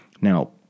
Now